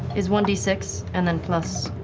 is one d six and then plus